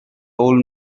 old